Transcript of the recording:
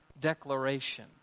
declaration